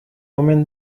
omen